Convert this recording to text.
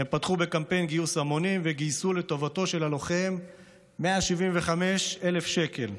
הם פתחו בקמפיין גיוס המונים וגייסו לטובתו של הלוחם 175,000 שקל.